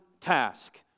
task